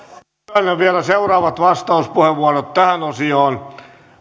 myönnän vielä seuraavat vastauspuheenvuorot tähän osioon